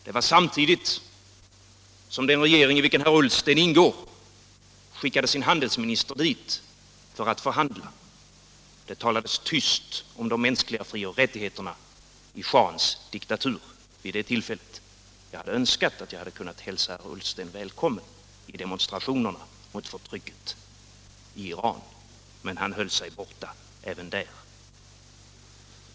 Det var samtidigt som den regering i vilken herr Ullsten ingår skickade sin handelsminister till Iran för att förhandla. Det talades vid det tillfället tyst om de mänskliga frioch rättigheterna i schahens diktatur. Jag hade önskat att jag hade kunnat hälsa herr Ullsten välkommen i demonstrationerna mot förtrycket i Iran, men han höll sig borta även där.